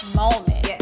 moment